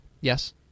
yes